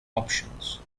options